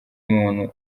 umuntu